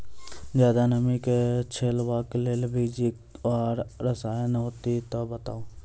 ज्यादा नमी के झेलवाक लेल बीज आर रसायन होति तऽ बताऊ?